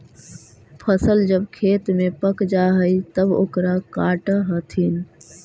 फसल जब खेत में पक जा हइ तब ओकरा काटऽ हथिन